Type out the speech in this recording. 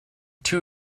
two